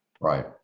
Right